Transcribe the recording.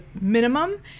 minimum